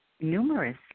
numerous